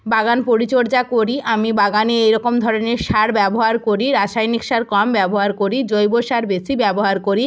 বাগান পরিচর্যা করি আমি বাগানে এই রকম ধরনের সার ব্যবহার করি রাসায়নিক সার কম ব্যবহার করি জৈব সার বেশি ব্যবহার করি